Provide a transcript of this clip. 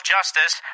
Justice